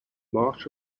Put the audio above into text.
march